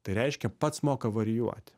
tai reiškia pats moka varijuoti